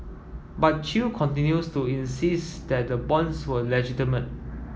but Chew continues to insist that the bonds were legitimate